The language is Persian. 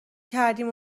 کردیم